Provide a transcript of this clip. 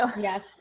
Yes